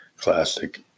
classic